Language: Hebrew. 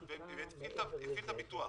והפעיל את הביטוח,